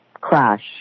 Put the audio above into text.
crash